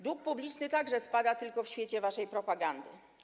Dług publiczny także spada tylko w świecie waszej propagandy.